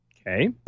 Okay